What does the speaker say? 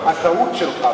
הטעות שלך,